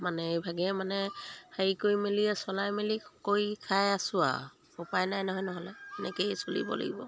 মানে এইভাগেই মানে হেৰি কৰি মেলি চলাই মেলি কৰি খাই আছোঁ আৰু উপায় নাই নহয় নহ'লে এনেকৈয়ে চলিব লাগিব